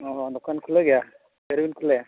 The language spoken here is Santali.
ᱚᱻ ᱦᱚᱸ ᱫᱳᱠᱟᱱ ᱠᱷᱩᱞᱟᱹᱣ ᱜᱮᱭᱟ ᱥᱮ ᱟᱹᱣᱨᱤ ᱵᱤᱱ ᱠᱷᱩᱞᱟᱹᱭᱟ